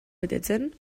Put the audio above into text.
betetzen